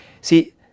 See